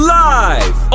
live